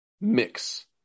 mix